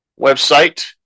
website